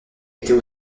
était